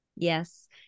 Yes